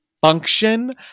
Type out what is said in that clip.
function